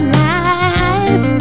life